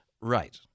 Right